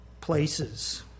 places